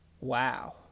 Wow